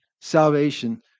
salvation